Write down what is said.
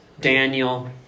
Daniel